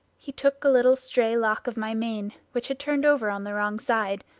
he took a little stray lock of my mane which had turned over on the wrong side,